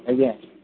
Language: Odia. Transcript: ଆଜ୍ଞା